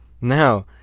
Now